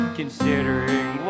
considering